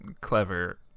clever